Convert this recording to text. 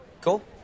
Cool